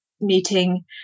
meeting